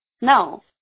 No